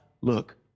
look